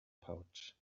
pouch